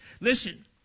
Listen